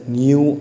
new